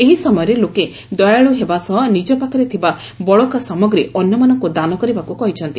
ଏହି ସମୟରେ ଲୋକେ ଦୟାଳୁ ହେବା ସହ ନିଜ ପାଖରେ ଥିବା ବଳକା ସାମଗ୍ରୀ ଅନ୍ୟମାନଙ୍କୁ ଦାନ କରିବାକୁ କହିଛନ୍ତି